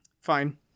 Fine